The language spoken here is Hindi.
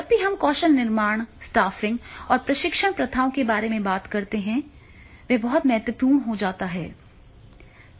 जब हम कौशल निर्माण स्टाफिंग और प्रशिक्षण प्रथाओं के बारे में बात करते हैं जो बहुत महत्वपूर्ण हो जाता है